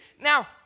Now